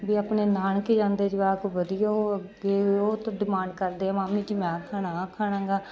ਵੀ ਆਪਣੇ ਨਾਨਕੇ ਜਾਂਦੇ ਜਵਾਕ ਵਧੀਆ ਉਹ ਅੱਗੇ ਉਹ ਤਾਂ ਡਿਮਾਂਡ ਕਰਦੇ ਆ ਮਾਮੀ ਜੀ ਮੈਂ ਆਹ ਖਾਣਾ ਖਾਣਾ ਗਾ